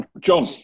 John